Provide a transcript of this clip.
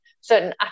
certain